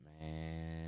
Man